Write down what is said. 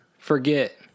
forget